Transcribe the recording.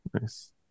nice